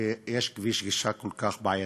שיש כביש גישה כל כך בעייתי.